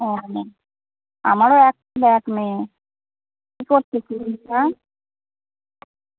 ও মেয়ে আমারও এক ছেলে এক মেয়ে কী করছে ছেলেটা